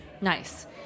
Nice